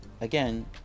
again